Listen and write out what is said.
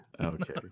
Okay